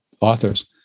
authors